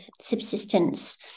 subsistence